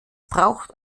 braucht